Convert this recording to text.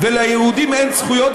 וליהודים אין זכויות,